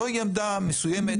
זוהי עמדה מסוימת,